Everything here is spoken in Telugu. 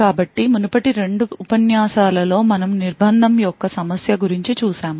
కాబట్టి మునుపటి రెండు ఉపన్యాసాలలో మనము నిర్బంధం యొక్క సమస్య గురించి చూశాము